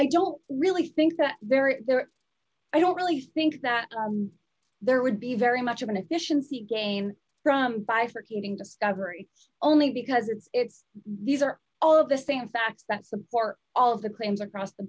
i don't really think that they're there i don't really think that there would be very much of an efficiency gain from bifurcating discovery only because it's these are all of the same facts that support all of the claims across the